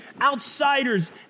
outsiders